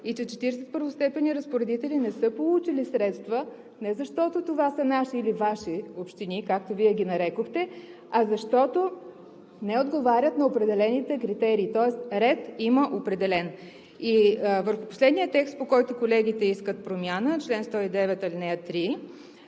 и че 40 първостепенни разпоредители не са получили средства не защото това са наши или Ваши общини, както Вие ги нарекохте, а защото не отговарят на определените критерии, тоест има определен ред. И върху последния текст, по който колегите искат промяна – чл. 109, ал. 3.